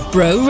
Bro